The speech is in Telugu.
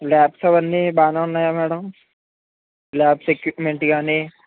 లాబ్స్ అవన్నీ బానే ఉన్నాయా మ్యాడం లాబ్స్ ఎక్విప్మెంట్ కాని